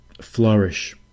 flourish